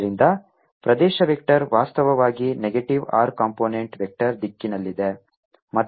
ಆದ್ದರಿಂದ ಪ್ರದೇಶ ವೆಕ್ಟರ್ ವಾಸ್ತವವಾಗಿ ನೆಗೆಟಿವ್ r ಕಂಪೋನೆಂಟ್ ವೆಕ್ಟರ್ ದಿಕ್ಕಿನಲ್ಲಿದೆ